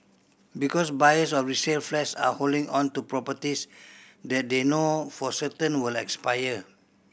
because buyers of resale flats are holding on to properties that they know for certain will expire